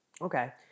Okay